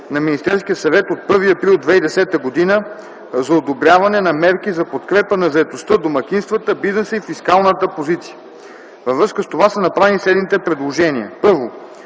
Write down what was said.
на Министерския съвет от 1 април 2010 г. за одобряване на мерки за подкрепа на заетостта, домакинствата, бизнеса и фискалната позиция. Във връзка с това са направени следните предложения: